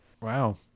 Wow